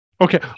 okay